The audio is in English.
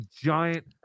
giant